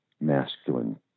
masculine